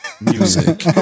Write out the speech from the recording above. music